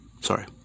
Sorry